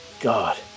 God